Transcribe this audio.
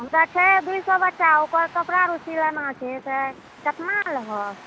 हमरा छै दूइ सए बच्चा ओकर कपड़ा रो सिलाना छै तऽ केतना लेबहो